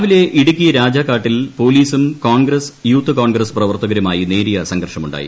രാവിലെ ഇടുക്കി രാജാക്കാട്ടിൽ പ്പൊലീസും കോൺഗ്രസ് യൂത്ത് കോൺഗ്രസ് പ്രവർത്തകരുമായി നേരിയ സംഘർഷമുണ്ടായി